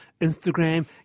Instagram